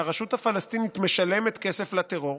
שהרשות הפלסטינית משלמת כסף לטרור,